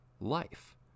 life